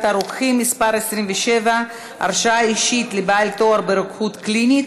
הרוקחים (מס' 27) (הרשאה אישית לבעל תואר ברוקחות קלינית),